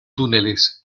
túneles